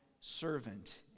servant